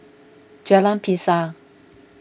Jalan Pisang